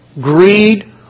Greed